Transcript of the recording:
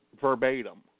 verbatim